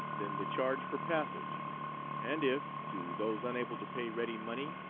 then the charge for passage and if, to those unable to pay ready money,